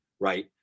Right